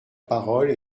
parole